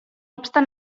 obstant